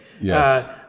Yes